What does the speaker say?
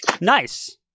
Nice